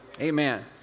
Amen